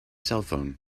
cellphone